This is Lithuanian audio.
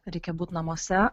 reikia būt namuose